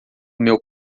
meu